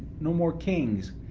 no more kings,